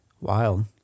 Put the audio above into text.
Wild